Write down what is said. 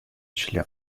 член